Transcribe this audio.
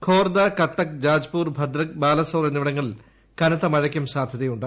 ഖോർദ കട്ടക്ക് ജാജ്പൂർ ഭദ്രക് ബാലസോർ എന്നിവിടങ്ങളിൽ കനത്ത മഴയ്ക്കും സാധ്യതയുണ്ട്